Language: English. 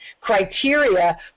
criteria